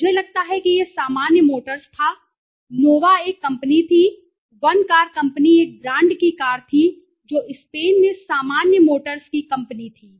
मुझे लगता है कि यह सामान्य मोटर्स था नोवा एक कंपनी थी वन कार कंपनी एक ब्रांड की कार थी जो स्पेन में सामान्य मोटर्स की कंपनी थी